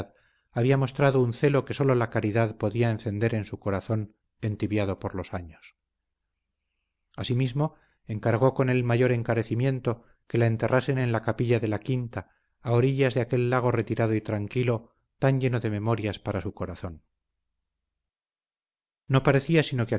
había mostrado un celo que sólo la caridad podía encender en su corazón entibiado por los años asimismo encargó con el mayor encarecimiento que la enterrasen en la capilla de la quinta a orillas de aquel lago retirado y tranquilo tan lleno de memorias para su corazón no parecía sino que